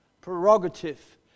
prerogative